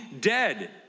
dead